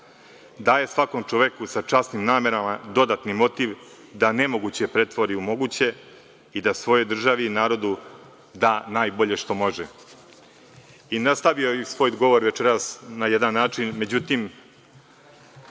Daje svakom čoveku sa časnim namerama dodatni motiv da nemoguće pretvori u moguće i da svojoj državi i narodu da najbolje što može. Nastavio bih svoj govor večeras na jedan način. Međutim,